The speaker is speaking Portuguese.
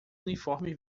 uniforme